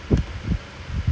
think is he